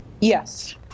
yes